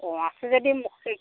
অ আছে যদি মোক